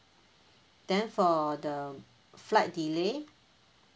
then for the flight delay